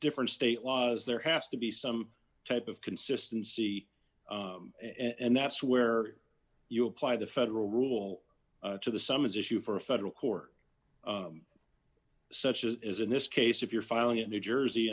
different state laws there has to be some type of consistency and that's where you apply the federal rule to the summons issue for a federal court such as in this case if you're filing in new jersey